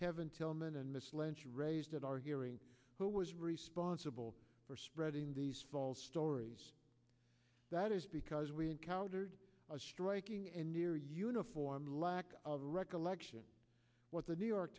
kevin tillman and this lengthy raised at our hearing who was responsible for spreading these false stories that is because we encountered a striking and near uniform lack of recollection what the new york